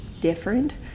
different